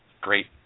Great